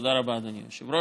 תודה רבה, אדוני היושב-ראש.